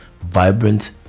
vibrant